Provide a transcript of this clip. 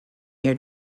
near